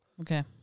Okay